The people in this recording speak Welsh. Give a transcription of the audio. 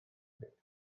ddweud